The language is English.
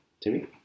Timmy